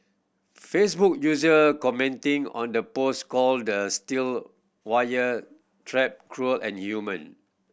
facebook user commenting on the post called the steel wire trap cruel and inhumane